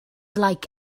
like